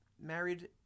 married